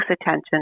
attention